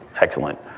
Excellent